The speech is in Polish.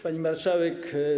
Pani Marszałek!